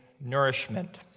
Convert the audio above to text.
nourishment